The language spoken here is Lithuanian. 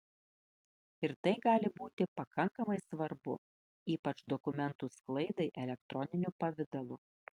ir tai gali būti pakankamai svarbu ypač dokumentų sklaidai elektroniniu pavidalu